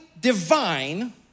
divine